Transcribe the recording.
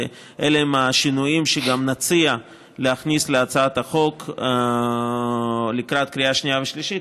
ואלה השינויים שגם נציע להכניס להצעת החוק לקראת קריאה שנייה ושלישית,